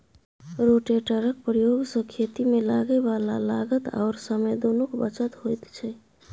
रोटेटरक प्रयोग सँ खेतीमे लागय बला लागत आओर समय दुनूक बचत होइत छै